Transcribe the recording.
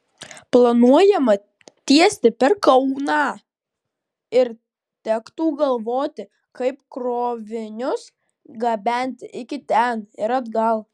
planuojama tiesti per kauną ir tektų galvoti kaip krovinius gabenti iki ten ir atgal